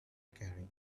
carrying